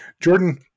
Jordan